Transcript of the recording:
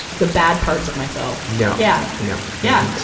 the bad parts of myself. no. yeah no. yeah and,